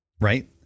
Right